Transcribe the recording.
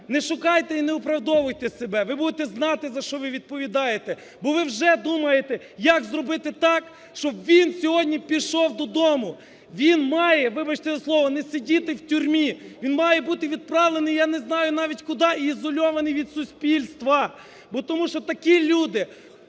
не шукайте і не оправдовуйте себе, ви будете знати за що ви відповідаєте. Бо ви вже думаєте як зробити так, щоб він сьогодні пішов додому, він має, вибачте, за слово, не сидіти в тюрмі, він має бути відправлений, я не знаю навіть куди і ізольований від суспільства. Тому що такі люди